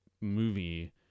movie